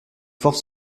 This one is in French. forte